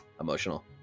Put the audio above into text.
Emotional